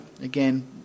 again